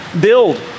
build